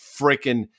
freaking